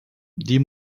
die